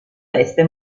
veste